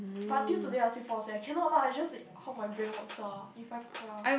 but due to that I still force leh cannot lah it just it help my brain works ah if I ya